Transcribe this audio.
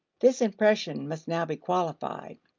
this impression must now be qualified.